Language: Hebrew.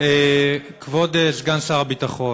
כבוד סגן שר הביטחון,